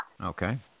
Okay